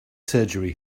surgery